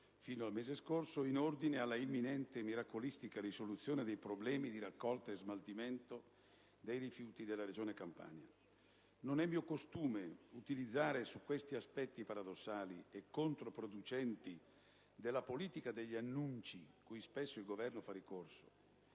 fino al mese scorso - in ordine alla imminente e miracolistica risoluzione dei problemi di raccolta e smaltimento dei rifiuti nella Regione Campania. Non è mio costume utilizzare questi aspetti paradossali e controproducenti della politica degli annunci cui spesso il Governo fa ricorso: